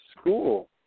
school